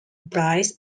bryce